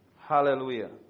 Hallelujah